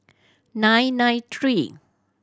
nine nine three